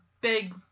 Big